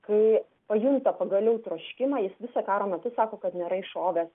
kai pajunta pagaliau troškimą jis viso karo metu sako kad nėra iššovęs